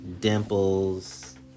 dimples